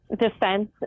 defense